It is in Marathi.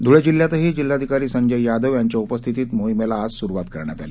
धुळे जिल्ह्यातही जिल्हाधिकारी संजय यादव यांच्या उपस्थितीत मोहिमेला आज सुरुवात करण्यात आली